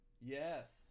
Yes